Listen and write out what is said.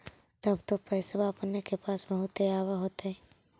तब तो पैसबा अपने के पास बहुते आब होतय?